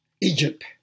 Egypt